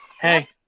Hey